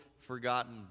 forgotten